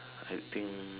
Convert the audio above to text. I think